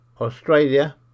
Australia